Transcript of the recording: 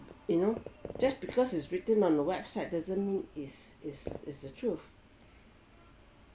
you know just because it's written on the website doesn't is is is the truth